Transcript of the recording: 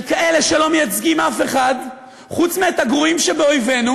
כאלה שלא מייצגים אף אחד חוץ מהגרועים שבאויבינו,